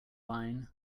line